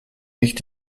nicht